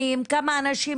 עבודה נהדרת,